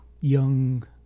young